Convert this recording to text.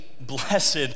blessed